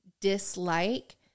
dislike